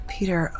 Peter